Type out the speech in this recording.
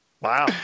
Wow